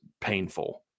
painful